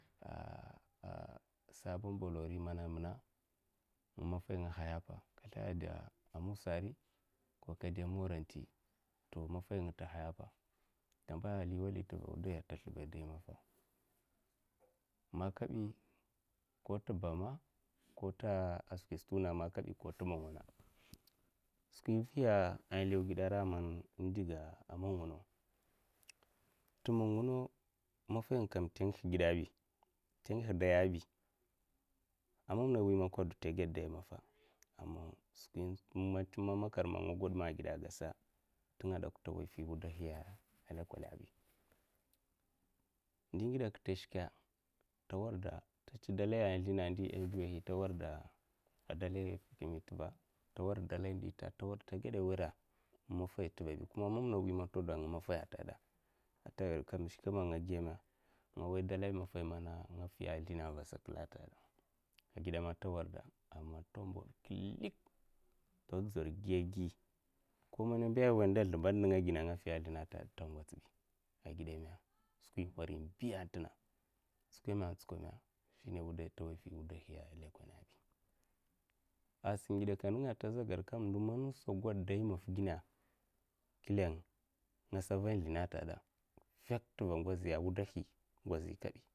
sabon bolori mana muna nga maffai nga nhaya apa nka slaha dou musari ko ka da moronti to maffai nga nta nhaya mpa tamba leu wali tuva wudai nta slibi dai maffa man nka bi ko tè bama ko tè skwisa ntuna makabi nte munguno, skwi nfiya an lew ged ara man en diga monguno, tè manuguno maffay kam nte ngih gidè bi nte ngih daya bi amana mwi ma kwo duo nta ged dai maffa aman skwi maman makar man nga ngwoda ma ageda agsa ntenga de kwa nta nwoy fi wuday a lèkonè bi ndi ngide nkye nkye nta shke nta nwarda nta che dalaya nzlena an ndyi ngo nhi, nta nwarda dalai fhekimhay nteva a nta nwrda dalai ndita nta warda nta warda nka ngeda nwara maffa nga azhe nteva bi kuma mamana mwi maka duo nga maffai ntada nta ged kam nshkweme nga guiya ma? Nga nwoya daklai maffai mana anga nfiya nzlina va sa de man nta geda, egida man nta nwarda nta mbowde kilik nta dzuwdzor giyagui ko mana mba nwanda nzlumbad nga ngine an nga giya zlinè ama nta ngwots bi agide ma skwin nhwarin biya ntena skwame ntsokwo ma nhena wudai ntawaya nfiy nwudahi lekona bi asam ngide nkye nkya nenga nta zhe gwid kam nduman nsa gwod dai maffa ginne'kilan nga sa van nzlina nta gada fak ntuva ngwoziya'n'wudahi ngwozi kabi.